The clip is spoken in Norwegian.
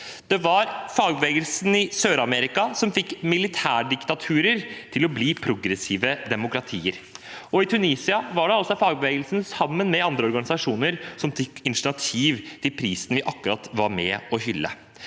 Det var fagbevegelsen i Sør-Amerika som fikk militærdiktaturer til å bli progressive demokratier. I Tunisia var det altså fagbevegelsen sammen med andre organisasjoner som tok initiativ til prisen vi akkurat var med på å hylle.